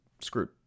screwed